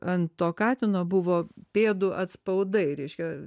ant to katino buvo pėdų atspaudai reiškia